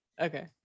Okay